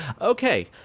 Okay